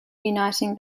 uniting